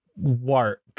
work